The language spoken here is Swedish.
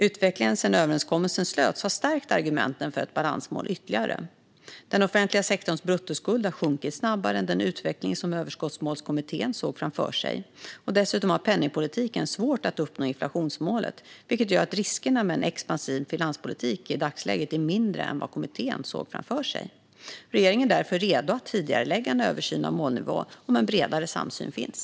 Utvecklingen sedan överenskommelsen slöts har stärkt argumenten för ett balansmål ytterligare. Den offentliga sektorns bruttoskuld har sjunkit snabbare än den utveckling som Överskottsmålskommittén såg framför sig. Dessutom har penningpolitiken svårt att uppnå inflationsmålet, vilket gör att riskerna med en expansiv finanspolitik i dagsläget är mindre än vad kommittén såg framför sig. Regeringen är därför redo att tidigarelägga en översyn av målnivån om en bredare samsyn finns.